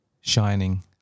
shining